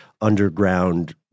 underground